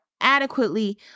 adequately